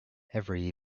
every